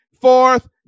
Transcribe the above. fourth